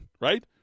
right